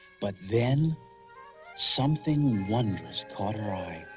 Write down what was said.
but then something wondrous caught her eye!